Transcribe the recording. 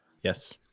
Yes